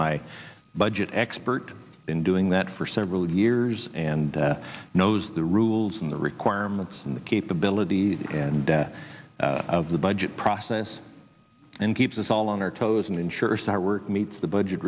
my budget expert in doing that for several years and i know the rules and the requirements and the capabilities and the budget process and keep us all on our toes and ensure start work meets the budget